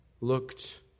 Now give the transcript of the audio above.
looked